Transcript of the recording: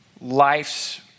life's